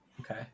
Okay